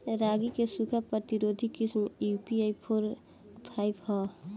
रागी क सूखा प्रतिरोधी किस्म जी.पी.यू फोर फाइव ह?